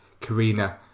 Karina